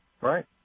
Right